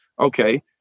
okay